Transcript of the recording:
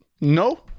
No